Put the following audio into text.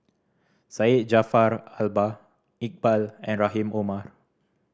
Syed Jaafar Albar Iqbal and Rahim Omar